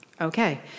Okay